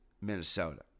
Minnesota